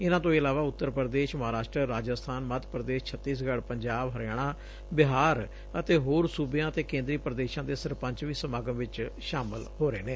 ਇਨਾਂ ਤੋਂ ਇਲਾਵਾ ਉਤਰ ਪ੍ਰਦੇਸ਼ ਮਹਾਂਰਾਸ਼ਟਰ ਰਾਜਸਬਾਨ ਮੱਧ ਪ੍ਰਦੇਸ਼ ਛਤੀਸਗੜ੍ਹ ਪੰਜਾਬ ਹਰਿਆਣਾ ਬਿਹਾਰ ਅਤੇ ਹੋਰ ਸੁਬਿਆਂ ਅਤੇ ਕੇਂਦਰੀ ਪੁਦੇਸ਼ਾਂ ਦੇ ਸਰਪੰਚ ਵੀ ਸਮਾਗਮ ਚ ਸ਼ਾਮਲ ਹੋ ਰਹੇ ਨੇ